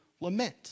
lament